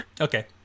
Okay